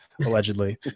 Allegedly